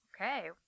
Okay